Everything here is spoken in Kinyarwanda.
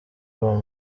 uwo